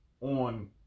on